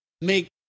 make